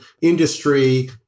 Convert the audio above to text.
industry